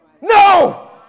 No